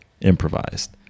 improvised